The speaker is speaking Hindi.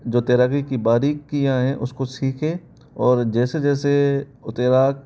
जो तैराकी की बारीकियां हैं उसको सीखे और जैस जैसे वो तैराक